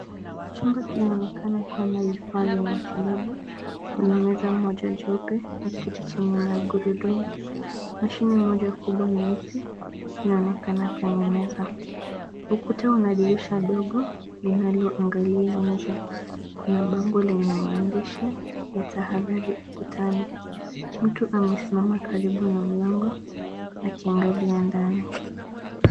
Chumba kinaonekana kuwa na vifaa vya matibabu, kuna meza moja jeupe na kiti chenye magurudumu. Mashine moja kubwa nyeusi inaonekana kwenye meza. Ukuta una dirisha ndogo linalo angalia nje, kuna bango lenye maandishi ya tahadhari ukutani. Mtu amesimama karibu na mlango akiangalia ndani.